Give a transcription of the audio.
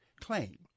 claim